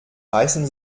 reißen